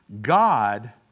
God